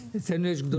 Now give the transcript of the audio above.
אצלנו יש גדולי תורה.